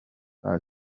saa